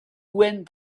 went